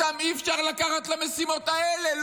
אותם אי-אפשר לקחת למשימות האלה?